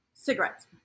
Cigarettes